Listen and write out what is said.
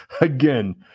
Again